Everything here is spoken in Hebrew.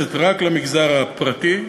מתייחסת רק למגזר הפרטי,